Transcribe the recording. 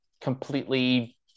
completely